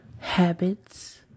habits